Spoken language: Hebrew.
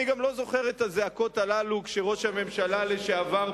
אני גם לא זוכר את הזעקות הללו כשראש הממשלה לשעבר,